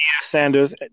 Sanders